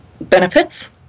benefits